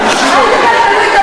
תתביישו.